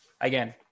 again